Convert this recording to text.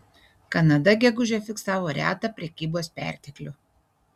kanada gegužę fiksavo retą prekybos perteklių